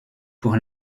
pour